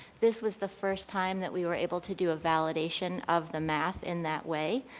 this was the first time that we were able to do a validation of the math in that way.